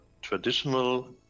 traditional